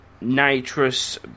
Nitrous